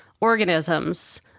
organisms